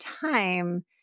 time